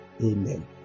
amen